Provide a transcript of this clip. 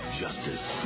justice